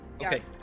Okay